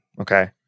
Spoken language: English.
okay